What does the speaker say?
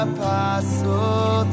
Apostle